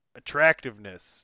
attractiveness